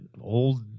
old